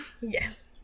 yes